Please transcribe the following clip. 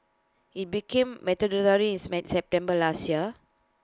IT became mandatory in September last year